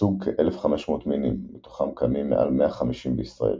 בסוג כ-1500 מינים, מתוכם קיימים מעל 150 בישראל.